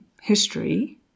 history